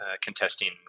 contesting